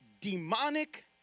demonic